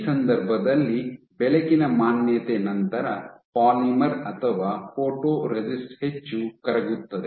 ಈ ಸಂದರ್ಭದಲ್ಲಿ ಬೆಳಕಿನ ಮಾನ್ಯತೆ ನಂತರ ಪಾಲಿಮರ್ ಅಥವಾ ಫೋಟೊರೆಸಿಸ್ಟ್ ಹೆಚ್ಚು ಕರಗುತ್ತದೆ